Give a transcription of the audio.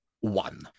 One